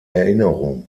erinnerung